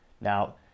Now